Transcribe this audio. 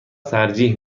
ترجیح